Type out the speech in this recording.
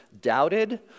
doubted